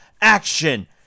action